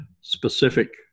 specific